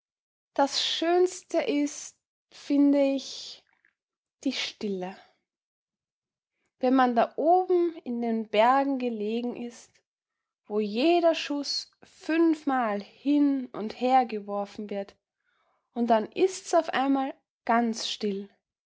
das schönste ist finde ich die stille wenn man da oben in den bergen gelegen ist wo jeder schuß fünfmal hin und hergeworfen wird und dann ist's auf einmal ganz still